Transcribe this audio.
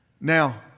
Now